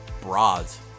Bras